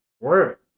Work